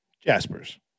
jaspers